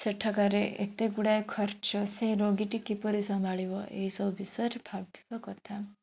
ସେଠାକାରେ ଏତେ ଗୁଡ଼ାଏ ଖର୍ଚ୍ଚ ସେ ରୋଗୀଟି କିପରି ସମ୍ଭାଳିବ ଏହିସବୁ ବିଷୟରେ ଭାବିବା କଥା